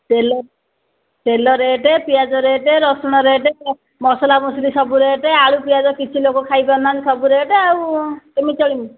ତେଲ ତେଲ ରେଟ୍ ପିଆଜ ରେଟ୍ ରସୁଣ ରେଟ୍ ମସଲା ମସଲି ସବୁ ରେଟ୍ ଆଳୁ ପିଆଜ କିଛି ଲୋକ ଖାଇପାରୁନାହାନ୍ତି ସବୁ ରେଟ୍ ଆଉ କେମିତି ଚଳିବୁ